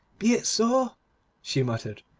be it so she muttered.